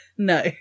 No